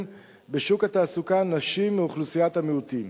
בשוק התעסוקה נשים מאוכלוסיית המיעוטים.